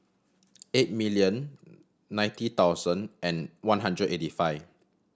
eight million ninety thousand and one hundred eighty five